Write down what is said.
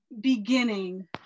beginning